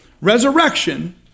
Resurrection